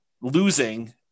losing